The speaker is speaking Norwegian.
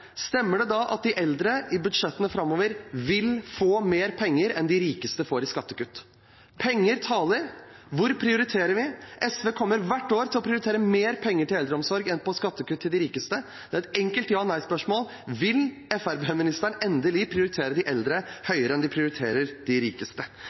Stemmer det da at de eldre i budsjettene framover vil få mer penger enn de rikeste får i skattekutt? Penger taler. Hvor prioriterer vi? SV kommer hvert år til å prioritere mer penger til eldreomsorg enn til skattekutt til de rikeste. Det er et enkelt ja/nei-spørsmål. Vil Fremskrittsparti-ministeren endelig prioritere de eldre